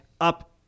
up